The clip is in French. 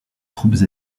troupes